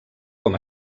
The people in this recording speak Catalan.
com